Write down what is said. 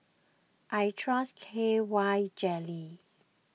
I trust K Y Jelly